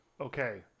Okay